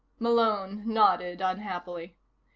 malone nodded unhappily.